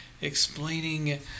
explaining